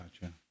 gotcha